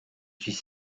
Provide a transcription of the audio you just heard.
suis